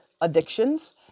addictions